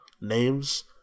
names